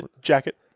Jacket